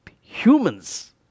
humans